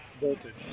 voltage